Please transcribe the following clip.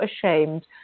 ashamed